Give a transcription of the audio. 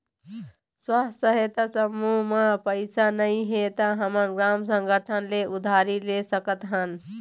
स्व सहायता समूह म पइसा नइ हे त हमन ग्राम संगठन ले उधारी ले सकत हन